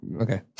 Okay